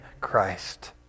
Christ